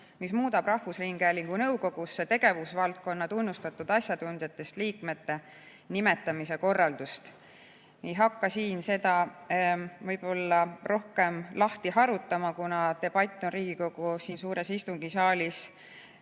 mis muudab rahvusringhäälingu nõukogusse tegevusvaldkonna tunnustatud asjatundjatest liikmete nimetamise korraldust. Ei hakka siin seda võib-olla rohkem lahti harutama, kuna debatt on Riigikogu suures saalis,